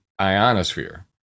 ionosphere